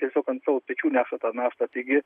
tiesiog ant savo pečių neša tą naštą taigi